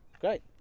Great